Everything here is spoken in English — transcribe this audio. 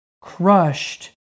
crushed